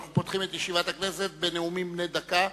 אנחנו פותחים את ישיבת הכנסת בנאומים בני דקה.